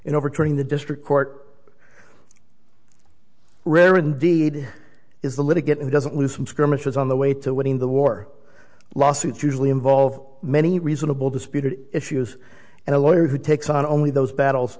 in overturning the district court rare indeed is the litigant in doesn't lose from skirmishers on the way to winning the war lawsuits usually involve many reasonable disputed issues and a lawyer who takes on only those battles